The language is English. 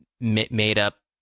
made-up